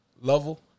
level